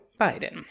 Biden